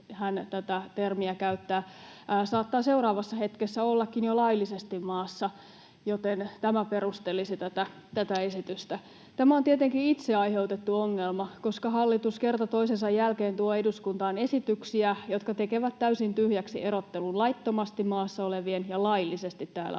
hän tätä termiä käyttää, saattaa seuraavassa hetkessä ollakin jo laillisesti maassa, joten tämä perustelisi tätä esitystä. Tämä on tietenkin itse aiheutettu ongelma, koska hallitus kerta toisensa jälkeen tuo eduskuntaan esityksiä, jotka tekevät täysin tyhjäksi erottelun laittomasti maassa olevien ja laillisesti täällä oleskelevien